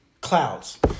Clouds